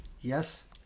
Yes